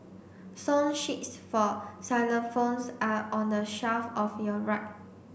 song sheets for xylophones are on the shelf of your right